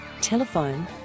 Telephone